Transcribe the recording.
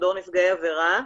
מדור נפגעי עבירה.